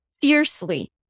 fiercely